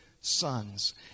sons